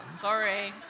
Sorry